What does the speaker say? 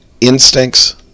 instincts